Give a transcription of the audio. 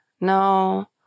No